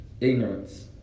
ignorance